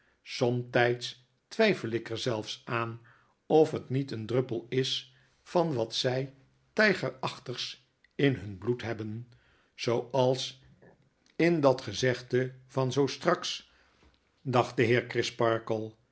somtijds twyfel ik er zelfs aan of het niet een druppel is van wat zy tygerachtigs in hun bloed hebben zooals in dat gezegde van zoo straks dacht de